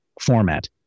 format